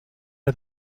est